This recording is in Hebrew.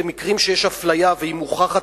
במקרים שיש אפליה והיא מוכחת,